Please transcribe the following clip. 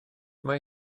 mae